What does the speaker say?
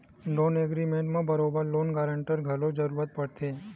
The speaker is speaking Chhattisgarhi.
लोन एग्रीमेंट म बरोबर लोन गांरटर के घलो जरुरत पड़थे